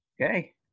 Okay